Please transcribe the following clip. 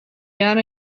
down